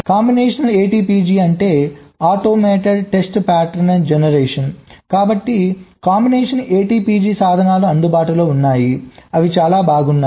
combination ATPG అంటే automated test pattern generation కాబట్టి combination ATPG సాధనాలు అందుబాటులో ఉన్నాయి అవి చాలా బాగున్నాయి